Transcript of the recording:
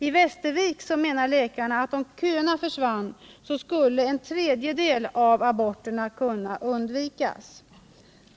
I Västervik menar läkarna att om köerna försvann, skulle en tredjedel av aborterna kunna undvikas.